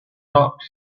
not